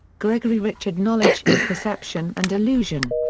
gregory richard knowledge in perception and illusion.